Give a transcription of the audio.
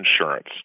insurance